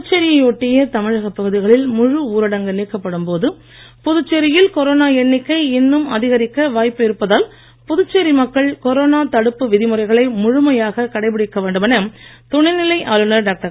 புதுச்சேரியை ஒட்டிய தமிழக பகுதிகளில் முழு ஊரடங்கு நீக்கப்படும் போது புதுச்சேரியில் கொரோனா எண்ணிக்கை இன்னும் அதிகரிக்க வாய்ப்பு இருப்பதால் புதுச்சேரி மக்கள் கொரோனா தடுப்பு விதிமுறைகளை முழுமையாகக் கடைபிடிக்க வேண்டுமென துணைநிலை ஆளுனர் டாக்டர்